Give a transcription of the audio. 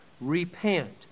Repent